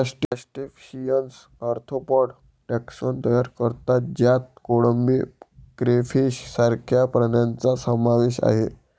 crustaceans arthropod taxon तयार करतात ज्यात कोळंबी, क्रेफिश सारख्या प्राण्यांचा समावेश आहे